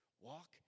walk